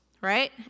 right